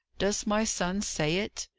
does my son say it?